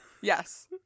Yes